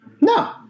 No